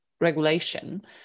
regulation